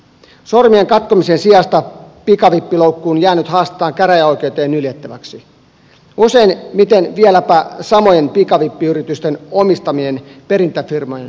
sormien katkomisen sijasta pikavippiloukkuun jäänyt haastetaan käräjäoikeuteen nyljettäväksi useimmiten vieläpä samojen pikavippiyritysten omistamien perintäfirmojen toimesta